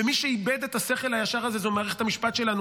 ומי שאיבד את השכל הישר הזה זו מערכת המשפט שלנו,